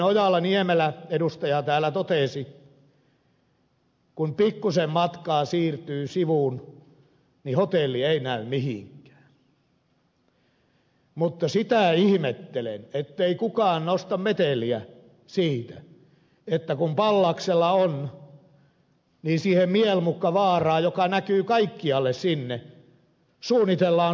ojala niemelä täällä totesi kun pikkuisen matkaa siirtyy sivuun niin hotelli ei näy mihinkään mutta sitä ihmettelen ettei kukaan nosta meteliä siitä että kun pallaksella on niin sinne mielmukkavaaraan joka näkyy kaikkialle suunnitellaan suurta tuulivoimapuistoa